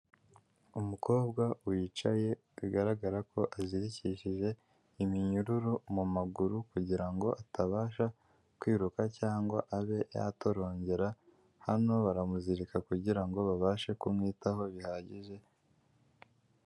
Umukobwa wicaye bigaragara ko azirikishije iminyururu mumaguru kugira ngo atabasha kwiruka cyangwa abe yatorongera hano baramuzirika kugira ngo babashe kumwitaho bihagije.